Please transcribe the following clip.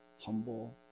humble